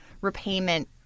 repayment